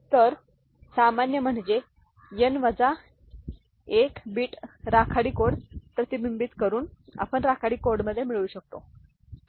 तर सामान्य म्हणजे n वजा 1 बिट राखाडी कोड प्रतिबिंबित करून आपण राखाडी कोडमध्ये मिळवू शकतो ठीक आहे